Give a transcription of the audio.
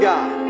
God